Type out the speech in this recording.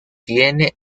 tiene